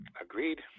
Agreed